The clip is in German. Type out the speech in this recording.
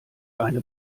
eine